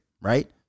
Right